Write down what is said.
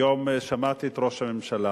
היום שמעתי את ראש הממשלה